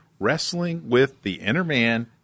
wrestlingwiththeinnerman